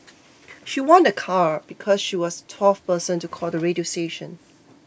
she won a car because she was twelfth person to call the radio station